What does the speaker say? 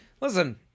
listen